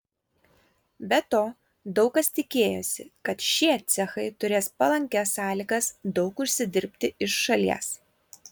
be to daug kas tikėjosi kad šie cechai turės palankias sąlygas daug užsidirbti iš šalies